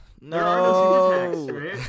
no